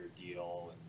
deal